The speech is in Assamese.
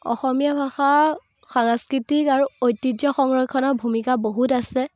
অসমীয়া ভাষা সাংস্কৃতিক আৰু ঐতিহ্য সংৰক্ষণৰ ভূমিকা বহুত আছে